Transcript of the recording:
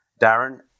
Darren